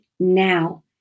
Now